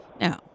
Now